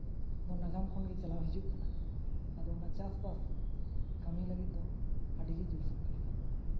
ᱫᱚ ᱱᱟᱜᱟᱢ ᱠᱷᱚᱱᱜᱮ ᱪᱟᱞᱟᱣ ᱦᱤᱡᱩᱜ ᱠᱟᱱᱟ ᱟᱨ ᱚᱱᱟ ᱪᱟᱥᱵᱟᱥ ᱠᱟᱹᱢᱤ ᱞᱟᱹᱜᱤᱫ ᱫᱚ ᱟᱹᱰᱤᱜᱮ ᱡᱳᱨ ᱥᱳᱨ ᱫᱚᱨᱠᱟᱨᱚᱜᱼᱟ